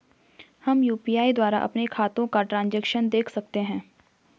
हम यु.पी.आई द्वारा अपने खातों का ट्रैन्ज़ैक्शन देख सकते हैं?